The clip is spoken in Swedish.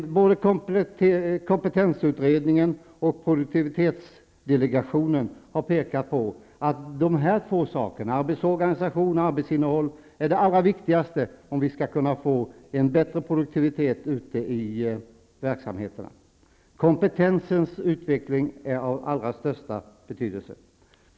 Både kompetensutredningen och produktivitetsdelegationen har påpekat att dessa två saker, arbetsorganisationen och arbetsinnehållet, utgör det allra viktigaste om vi skall kunna få en bättre produktivitet ute i verksamheterna. Kompetensens utveckling är av allra stösta betydelse.